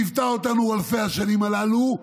שליוותה אותנו אלפי השנים הללו,